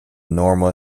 normal